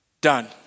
done